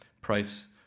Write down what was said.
price